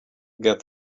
get